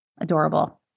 Adorable